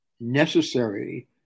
necessary